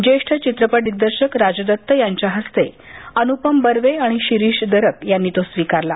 ज्येष्ठ चित्रपट दिग्दर्शक राजदत यांच्या हस्ते अनुपम बर्वे आणि शिरीष दरक यांनी तो स्वीकारला